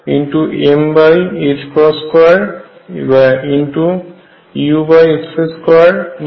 E